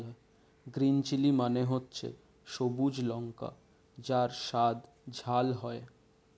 green chilli মানে হচ্ছে সবুজ লঙ্কা যার স্বাদ ঝাল হয়